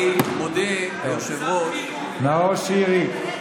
אני מודה ליושב-ראש, נאור שירי.